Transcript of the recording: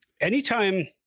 Anytime